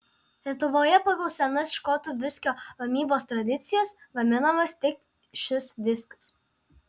lietuvoje pagal senas škotų viskio gamybos tradicijas gaminamas tik šis viskis